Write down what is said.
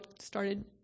started